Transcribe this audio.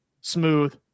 smooth